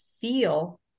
feel